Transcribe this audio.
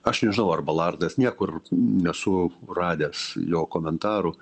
aš nežinau ar balardas niekur nesu radęs jo komentarų